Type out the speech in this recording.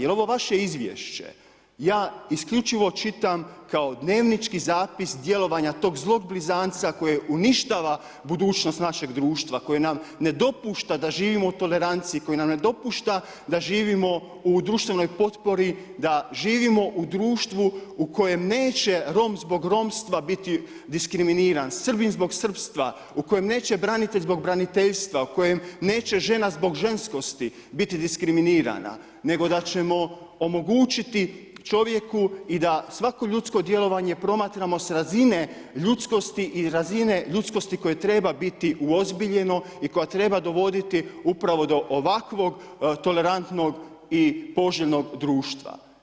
Jer ovo vaše Izvješće ja isključivo čitam kao dnevnički zapis djelovanja tog zlog blizanca koje uništava budućnost našeg društva, koje nam ne dopušta da živimo u toleranciji, koje nam ne dopušta da živimo u društvenoj potpori, da živimo u društvu u kojem neće Rom zbog romstva biti diskriminiran, Srbin zbog srpstva, u kojem neće branitelj zbog braniteljstva, u kojem neće žena zbog ženskosti biti diskriminirana, nego da ćemo omogućiti čovjeku i da svako ljudsko djelovanje promatramo s razine ljudskosti i razine ljudskosti koje treba biti uozbiljeno i koje treba dovoditi upravo do ovakvog tolerantnog i poželjnog društva.